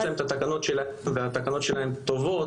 יש להם את התקנות שלהם והתקנות שלהם טובות,